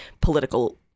political